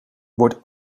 wordt